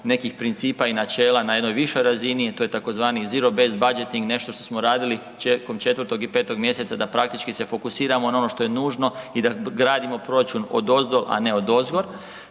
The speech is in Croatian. nekih principa i načela na jednoj višoj razini, a to je tzv, zero bez bezetting, nešto što smo radili početkom 4. i 5. mjeseca da praktički se fokusiramo na ono što je nužno i da gradimo proračun odozdo, a ne odozgor.